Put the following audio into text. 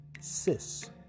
cis